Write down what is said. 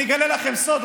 אני אגלה לכם סוד,